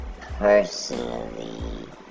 personally